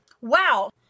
Wow